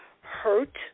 hurt